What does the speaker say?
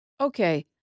Okay